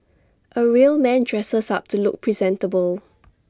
A real man dresses up to look presentable